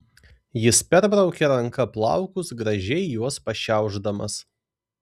jis perbraukė ranka plaukus gražiai juos pašiaušdamas